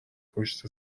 پشت